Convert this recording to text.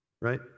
Right